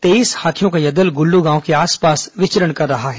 तेईस हाथियों का यह दल गुल्लू गांव के आसपास विचरण कर रहा है